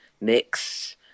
mix